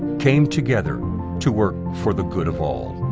came together to work for the good of all.